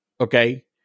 Okay